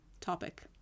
topic